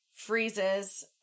freezes